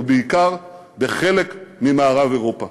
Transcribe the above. ובעיקר בחלק ממערב-אירופה.